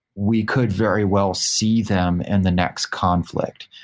we could very well see them in the next conflict.